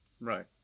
Right